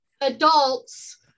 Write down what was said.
adults